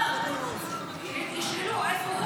הספר --- לא יזיק להם לבדוק --- הם ישאלו איפה הוא,